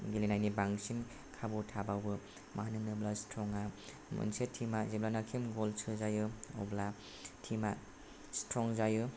गेलेनायनि बांसिन खाबु थाबावो मानो होनोब्ला स्ट्रंआ मोनसे टिमआ जेब्लानोखि ग'ल सोजायो अब्ला टिमआ स्ट्रं जायो